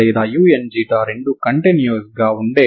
వాస్తవానికి ఆ షరతులకు లోబడి మీరు పరిష్కారాన్ని ఇస్తున్నారు